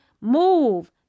Move